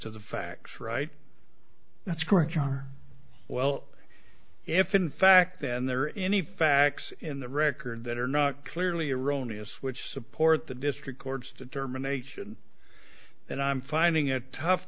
to the facts right that's correct you are well if in fact then there are any facts in the record that are not clearly erroneous which support the district court's determination and i'm finding it tough